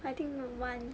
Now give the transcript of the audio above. I think